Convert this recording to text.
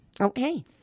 Okay